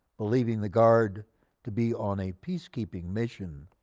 believing the guard to be on a peacekeeping mission,